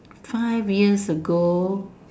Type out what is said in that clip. five years ago